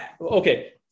okay